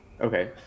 Okay